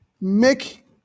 make